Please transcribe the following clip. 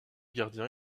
gardien